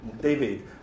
David